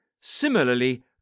Similarly